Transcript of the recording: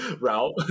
route